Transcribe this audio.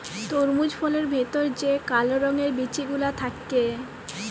তরমুজ ফলের ভেতর যে কাল রঙের বিচি গুলা থাক্যে